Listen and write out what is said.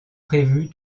prévu